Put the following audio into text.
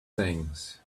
things